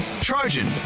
Trojan